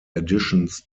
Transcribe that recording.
additions